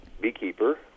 beekeeper